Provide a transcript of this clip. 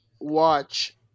Watch